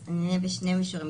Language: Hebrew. אני אענה בשני מישורים.